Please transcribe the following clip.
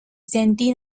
sentí